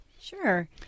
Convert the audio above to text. Sure